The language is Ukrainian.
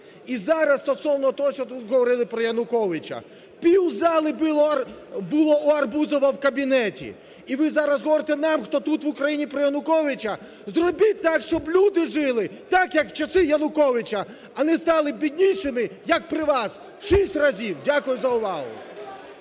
І зараз стосовно того, що тут говорили про Януковича, півзали було у Арбузова в кабінеті, і ви зараз говорите нам, хто тут, в Україні, про Януковича? Зробіть так, щоб люди жили так, як в часи Януковича, а не стали біднішими, як при вас, в шість разів! Дякую за увагу.